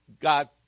God